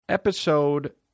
Episode